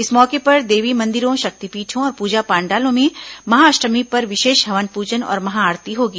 इस मौके पर देवी मंदिरों शक्तिपीठों और पूजा पंडालों में महाअष्टमी पर विशेष हवन पूजन और महाआरती होगी